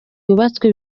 yubatswe